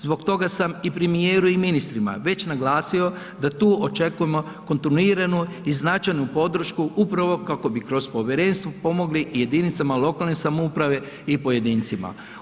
Zbog toga sam i premijeru i ministrima već naglasio da tu očekujemo kontinuiranu i značajnu podršku upravo kako bi kroz povjerenstvo pomogli i jedinicama lokalne samouprave i pojedincima.